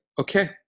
okay